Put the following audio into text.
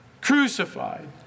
crucified